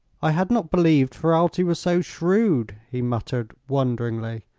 i had not believed ferralti was so shrewd, he muttered, wonderingly.